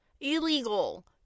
Illegal